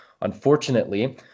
unfortunately